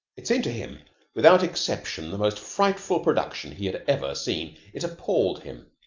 it seemed to him without exception the most frightful production he had ever seen. it appalled him.